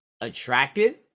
Attracted